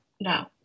no